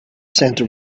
center